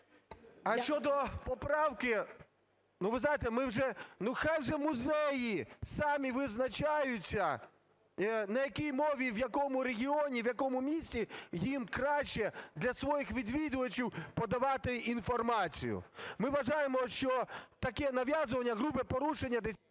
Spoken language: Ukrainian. А щодо поправки, ну, ви знаєте, ми вже, ну, хай вже музеї самі визначаються, на якій мові в якому регіоні, в якому місті їм краще для своїх відвідувачів подавати інформацію. Ми вважаємо, що таке нав'язування – грубе порушення…